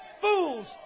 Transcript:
fools